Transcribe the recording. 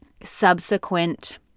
subsequent